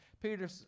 Peter